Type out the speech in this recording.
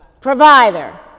provider